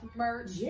merch